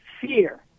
fear